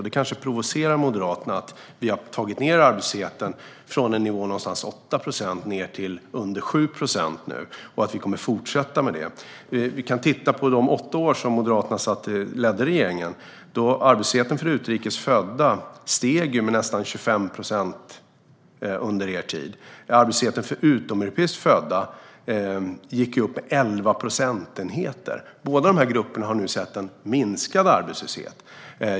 Det kanske provocerar Moderaterna att vi har tagit ned arbetslösheten från en nivå som låg någonstans vid 8 procent till en nivå under 7 procent och att vi kommer att fortsätta med det. Vi kan titta på de åtta år som Moderaterna ledde regeringen. Arbetslösheten för utrikes födda steg med nästan 25 procent under er tid. Arbetslösheten för utomeuropeiskt födda gick upp med 11 procentenheter. Båda grupperna har nu sett en minskad arbetslöshet.